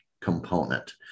component